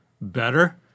better